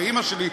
ואימא שלי,